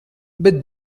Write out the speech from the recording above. bet